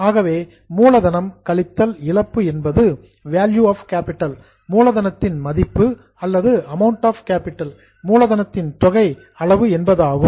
ஆகவே மூலதனம் கழித்தல் இழப்பு என்பது வேல்யூ ஆஃப் கேபிடல் மூலதனத்தின் மதிப்பு அல்லது அமௌன்ட் ஆஃப் கேப்பிட்டல் மூலதனத்தின் தொகை அளவு என்பதாகும்